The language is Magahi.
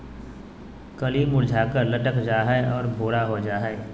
कली मुरझाकर लटक जा हइ और भूरा हो जा हइ